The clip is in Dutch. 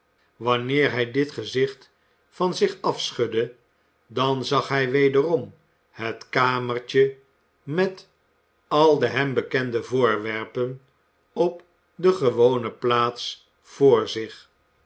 wanneer hij dit gezicht van zich afschudde dan zag hij wederom het kamertje met al de hem bekende voorwerpen op de gewone plaats voor zich